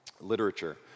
literature